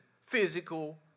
physical